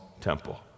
temple